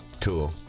Cool